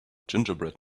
gingerbread